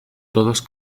todos